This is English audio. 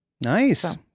Nice